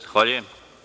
Zahvaljujem.